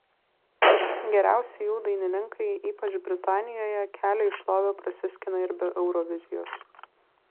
geriausi jų dainininkai ypač britanijoje kelią į šlovę prasiskina ir be eurovizijos